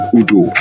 Udo